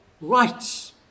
rights